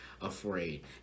afraid